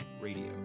Radio